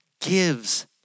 gives